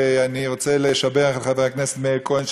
ואני רוצה לשבח את חבר הכנסת מאיר כהן,